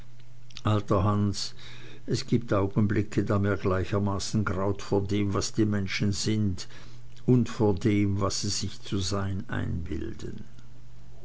es gibt augenblicke da mir gleichermaßen graut vor dem was die menschen sind und vor dem was sie sich zu sein einbilden